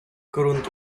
корунд